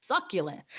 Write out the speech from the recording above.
succulent